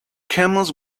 camels